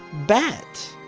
bat